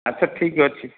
ଆଚ୍ଛା ଠିକ୍ ଅଛି